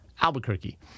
Albuquerque